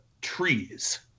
trees